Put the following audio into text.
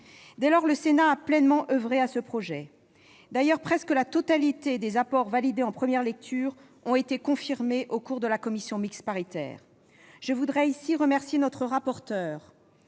Dès lors, le Sénat a pleinement oeuvré à ce projet. D'ailleurs, presque la totalité des apports validés en première lecture ont été confirmés au cours de la commission mixte paritaire. Je voudrais remercier notre rapporteur,